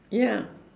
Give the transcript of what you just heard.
ya